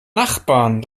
nachbarn